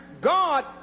God